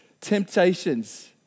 Temptations